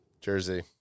jersey